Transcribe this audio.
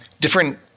different